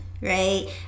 right